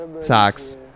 Socks